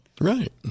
right